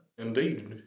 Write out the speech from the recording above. Indeed